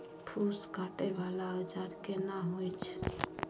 फूस काटय वाला औजार केना होय छै?